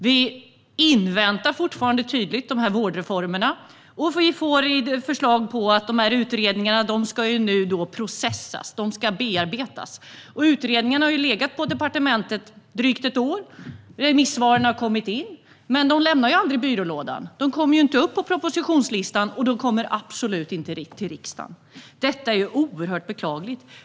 Vi inväntar fortfarande vårdreformerna. Vi får besked om att utredningarna nu ska processas. De ska bearbetas. Utredningarna har legat på departementet i drygt ett år. Remissvaren har kommit in. Men detta lämnar aldrig byrålådan. Det kommer inte upp på propositionslistan, och det kommer absolut inte till riksdagen. Detta är oerhört beklagligt.